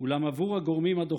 לכל